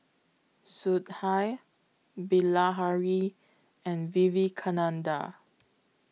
Sudhir Bilahari and Vivekananda